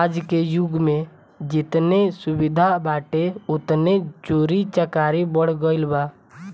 आजके जुग में जेतने सुविधा बाटे ओतने चोरी चकारी बढ़ गईल बा